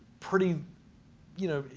pretty you know,